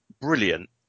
brilliant